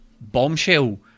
bombshell